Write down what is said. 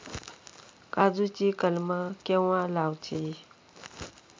काजुची कलमा केव्हा लावची?